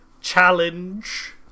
challenge